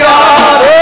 God